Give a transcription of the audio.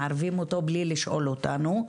מערבים אותו בלי לשאול אותנו.